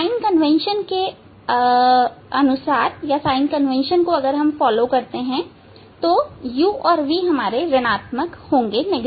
sign convention के अनुसार u और v ऋणआत्मक होंगे